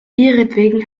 ihretwegen